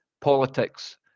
politics